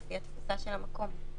לפי התפוסה של המקום.